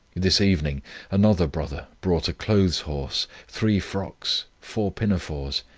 this evening another brother brought a clothes horse, three frocks, four pinafores,